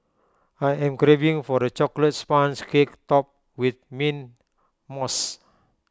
I am craving for A Chocolate Sponge Cake Topped with Mint Mousse